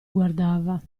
guardava